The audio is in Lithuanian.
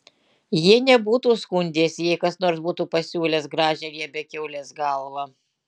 jie nebūtų skundęsi jei kas nors būtų pasiūlęs gražią riebią kiaulės galvą